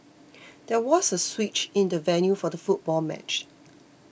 there was a switch in the venue for the football match